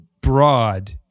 broad